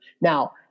Now